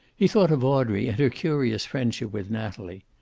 he thought of audrey, and her curious friendship with natalie.